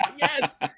Yes